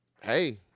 Hey